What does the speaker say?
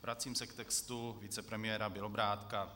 Vracím se k textu vicepremiéra Bělobrádka.